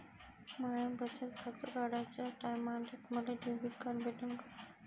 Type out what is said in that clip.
माय बचत खातं काढाच्या टायमाले मले डेबिट कार्ड भेटन का?